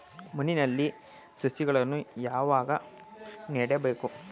ಮಣ್ಣಿನಲ್ಲಿ ಸಸಿಗಳನ್ನು ಯಾವಾಗ ನೆಡಬೇಕು?